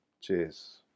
Cheers